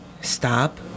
Stop